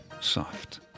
soft